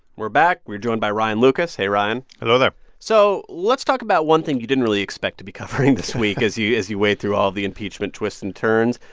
we're back. we're joined by ryan lucas. hey, ryan hello there so let's talk about one thing you didn't really expect to be covering this week. as you as you wade through all of the impeachment twists and turns.